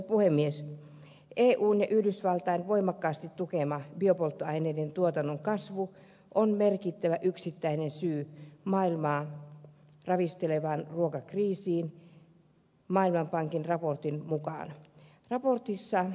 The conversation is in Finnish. eun ja yhdysvaltain voimakkaasti tukema biopolttoaineiden tuotannon kasvu on merkittävä yksittäinen syy maailmaa ravistelevaan ruokakriisiin maiden pankin raportin mukaan raportissa hän